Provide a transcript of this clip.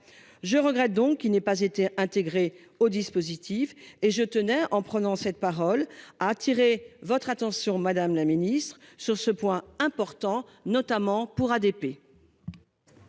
Je regrette donc qu'il n'ait pas été intégrées au dispositif et je tenais en prenant cette parole à attirer votre attention, madame la Ministre, sur ce point important notamment pour ADP.